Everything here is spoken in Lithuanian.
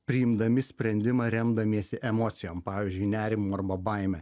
priimdami sprendimą remdamiesi emocijom pavyzdžiui nerimą baimę